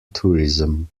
tourism